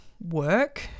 work